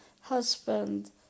husband